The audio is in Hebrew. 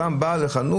אדם בא לחנות,